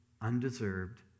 undeserved